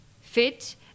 fit